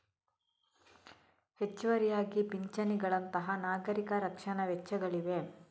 ಹೆಚ್ಚುವರಿಯಾಗಿ ಪಿಂಚಣಿಗಳಂತಹ ನಾಗರಿಕ ರಕ್ಷಣಾ ವೆಚ್ಚಗಳಿವೆ